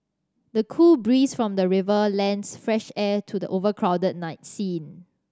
the cool breeze from the river lends fresh air to the overcrowded night scene